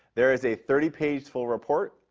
there is a thirty page full report.